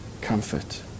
comfort